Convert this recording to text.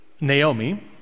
Naomi